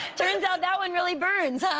turns out that and really burns. yeah